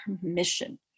permission